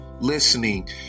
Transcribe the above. Listening